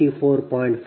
58 181